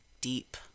deep